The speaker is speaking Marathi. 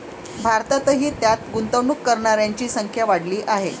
भारतातही त्यात गुंतवणूक करणाऱ्यांची संख्या वाढली आहे